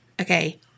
Okay